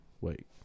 wait